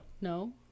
No